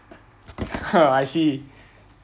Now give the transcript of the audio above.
I see